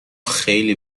خیلی